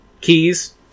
keys